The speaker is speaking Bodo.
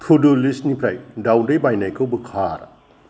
तु दु लिस्टनिफ्राय दावदै बायनायखौ बोखार